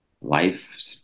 life